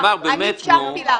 תמר, באמת נו.